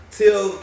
till